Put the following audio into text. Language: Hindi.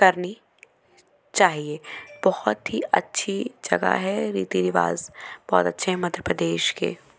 करनी चैहिए बहुत ही अच्छी जगह है रीति रिवाज़ बहुत अच्छे हैं मध्य प्रदेश के